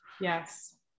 yes